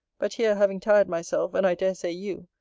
but here, having tired myself, and i dare say you,